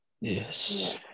yes